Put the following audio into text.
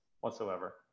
whatsoever